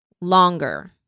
longer